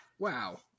wow